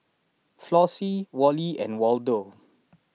Flossie Wally and Waldo